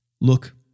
Look